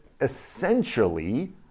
essentially